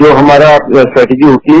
जो हमारा स्ट्रजिक होती है